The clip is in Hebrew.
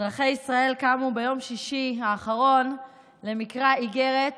אזרחי ישראל קמו ביום שישי האחרון למקרא איגרת